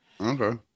Okay